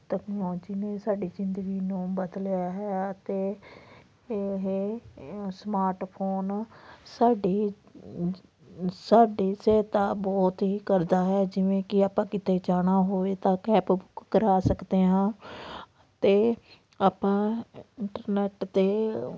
technology ਨੇ ਸਾਡੀ ਜ਼ਿੰਦਗੀ ਨੂੰ ਬਦਲਿਆ ਹੈ ਅਤੇ ਇਹ ਅ ਸਮਾਰਟ ਫ਼ੋਨ ਸਾਡੀ ਸਾਡੀ ਸਹਾਇਤਾ ਬਹੁਤ ਹੀ ਕਰਦਾ ਹੈ ਜਿਵੇਂ ਕਿ ਆਪਾਂ ਕਿਤੇ ਜਾਣਾ ਹੋਵੇ ਤਾਂ ਕੈਬ ਬੁੱਕ ਕਰਾ ਸਕਦੇ ਹਾਂ ਅਤੇ ਆਪਾਂ ਇੰਟਰਨੈੱਟ 'ਤੇ